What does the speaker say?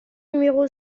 numéro